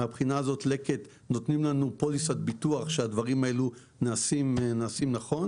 מהבחינה הזאת לקט נותנים לנו פוליסת ביטוח שהדברים האלה נעשים נכון.